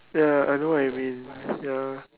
ya I know what you mean ya